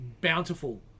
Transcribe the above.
bountiful